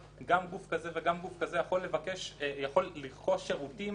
גוף כזה וגם גוף כזה יכולים לרכוש שירותים